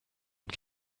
mit